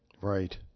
Right